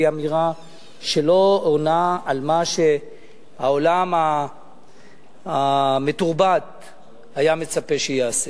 היא אמירה שלא עונה על מה שהעולם המתורבת היה מצפה שייעשה.